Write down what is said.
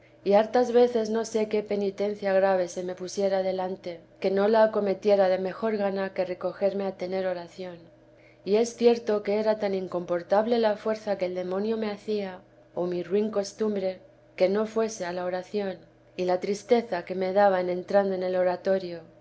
y hartas veces no sé qué penitencia grave se me pusiera delante que no la acometiera de mejor gana que recogerme a tener oración y es cierto que era tan incomportable la fuerza que el demonio me hacía o mi ruin costumbre que no fuese a la oración y la tristeza que me daba en entrando en el oratorio